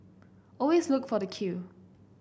always look for the queue